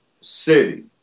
City